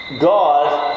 God